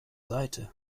seite